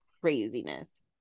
craziness